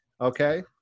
Okay